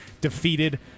defeated